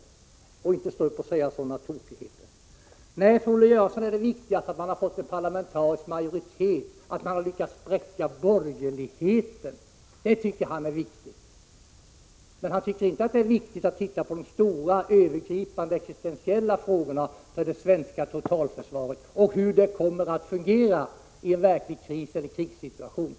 Man kan inte stå upp och säga sådana tokigheter. Nej, för Olle Göransson är det viktigaste att man har fått en parlamentarisk majoritet och lyckats spräcka borgerligheten. Det tycker han är viktigt, men han tycker inte att det är viktigt att titta på de stora, övergripande, existentiella frågorna för det svenska totalförsvaret och hur detta kommer att fungera i en verklig kriseller krigssituation.